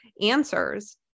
answers